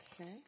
Okay